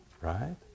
right